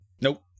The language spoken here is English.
nope